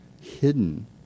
hidden